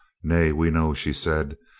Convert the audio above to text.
nay, we know, she said.